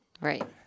Right